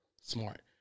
smart